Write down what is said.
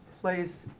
place